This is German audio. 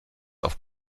auf